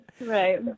right